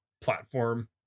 platform